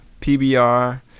PBR